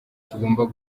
tugomba